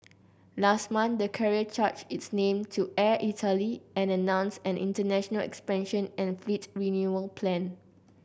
last month the carrier changed its name to Air Italy and announced an international expansion and fleet renewal plan